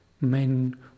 Men